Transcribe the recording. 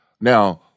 Now